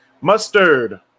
Mustard